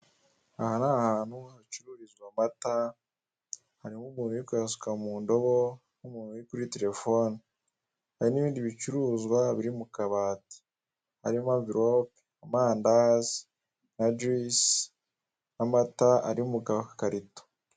Aha ni ahantu hacururizwa amata harimo umuntu uri kuyasuka mundobo n'umuntu uri kuri telefone, hari n'ibindi bicuruzwa biri mukabati harimo amverope amandazi na juice n'amata ari mugakarito.